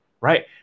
right